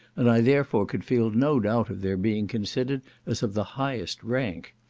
and i therefore could feel no doubt of their being considered as of the highest rank.